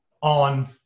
on